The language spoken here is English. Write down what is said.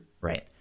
right